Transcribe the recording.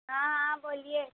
ہاں ہاں بولیے